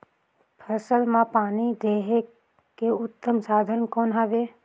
फसल मां पानी देहे के उत्तम साधन कौन हवे?